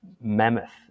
mammoth